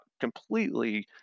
completely